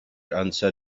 answer